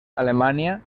alemania